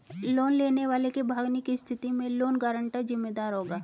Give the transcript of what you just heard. loan लेने वाले के भागने की स्थिति में लोन गारंटर जिम्मेदार होगा